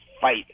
fight